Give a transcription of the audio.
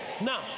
Now